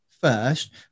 first